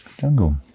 Jungle